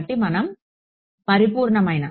కాబట్టి మనం పరిపూర్ణమైన